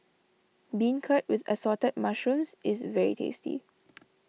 Beancurd with Assorted Mushrooms is very tasty